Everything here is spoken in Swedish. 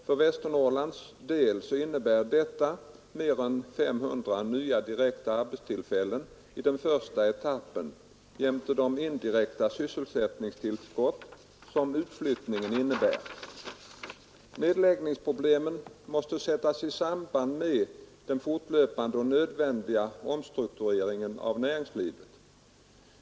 För Västernorrlands del innebär detta mer än 500 nya direkta arbetstillfällen i den första etappen jämte det indirekta sysselsättningstillskott som utflyttningen innebär. Nedläggningsproblemen måste sättas i samband med den fortlöpande och nödvändiga omstruktureringen av näringslivet.